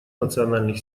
национальных